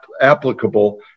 applicable